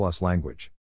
language